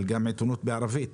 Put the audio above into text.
אבל גם עיתונות בערבית,